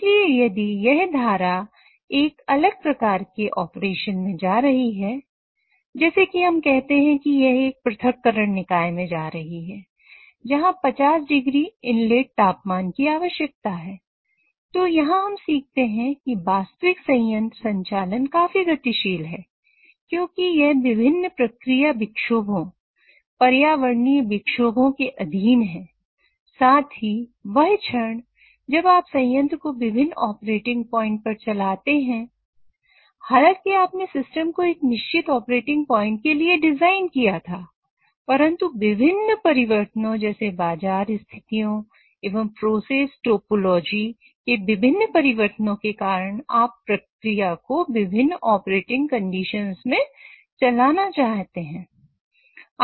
इसलिए यदि यह धारा एक अलग प्रकार की इकाई ऑपरेशन में जा रही है जैसे कि हम कहते हैं कि यह एक पृथक्करण निकाय के विभिन्न परिवर्तनों के कारण आप प्रक्रिया को विभिन्न ऑपरेटिंग कंडीशन में चलाना चाहते हैं